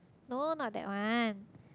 no not that one